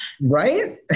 right